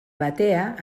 batea